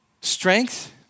strength